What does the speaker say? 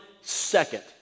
second